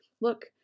Look